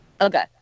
Okay